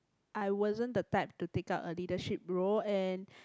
I wasn't the type to take up a leadership role and